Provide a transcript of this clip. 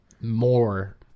more